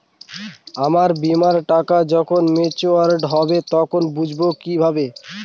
আমার বীমার টাকা যখন মেচিওড হবে তখন বুঝবো কিভাবে?